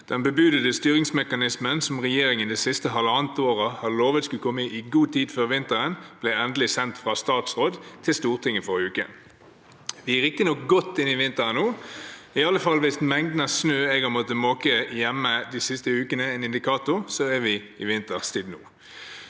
Den bebudede styringsmekanismen som regjeringen det siste halvannet året har lovet skulle komme i god tid før vinteren, ble endelig sendt fra statsråden til Stortinget i forrige uke. Vi er riktignok godt inne i vinteren nå. I alle fall hvis mengden snø jeg har måttet måke hjemme de siste ukene, er en indikator, så er det vinterstid nå.